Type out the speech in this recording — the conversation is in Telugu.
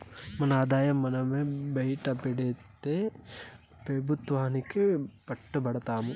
మన ఆదాయం మనమే బైటపెడితే పెబుత్వానికి పట్టు బడతాము